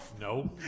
No